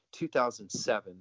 2007